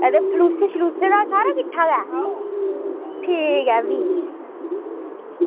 ते फलूसें दा सारा कुछ किट्ठा गै ठीक ऐ भी